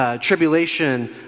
Tribulation